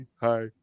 Hi